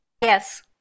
Yes